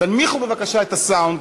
תנמיכו בבקשה את הסאונד,